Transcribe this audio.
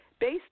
based